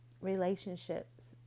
relationships